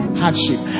hardship